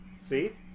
See